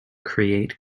create